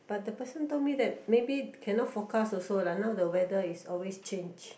but the person told me that maybe cannot forecast also lah now the weather is always change